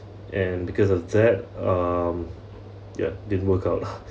and because of that um yeah didn't work out